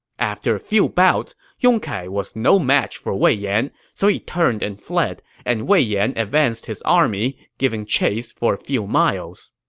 after a few bouts, yong kai was no match for wei yan, so he turned and fled, and wei yan advanced his army, giving chase for a few miles